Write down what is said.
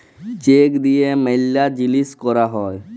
check দিয়া ম্যালা জিলিস ক্যরা হ্যয়ে